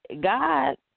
God